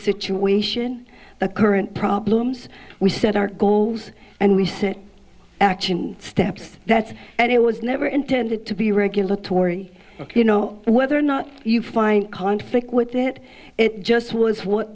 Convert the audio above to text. situation the current problems we set our goals and we set action steps that's and it was never intended to be regulatory you know whether or not you find conflict with it it just was what